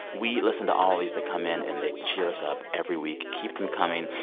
we listen to all these that come in, and they cheer us up every week keep them coming.